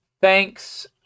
thanks